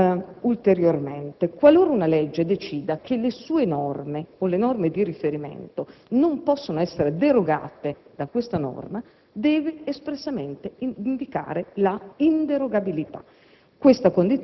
Inoltre, qualora una legge decida che le sue norme o le norme di riferimento non possano essere derogate, deve espressamente indicare l'inderogabilità.